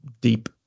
deep